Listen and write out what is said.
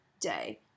Day